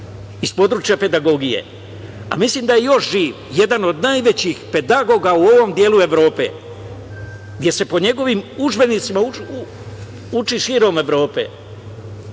iz područja pedagogije, a mislim da je još živ jedan od najvećih pedagoga u ovom delu Evrope, gde se po njegovim udžbenicima uči širom Evrope.